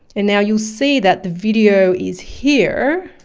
and now you'll see that video is here.